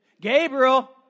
Gabriel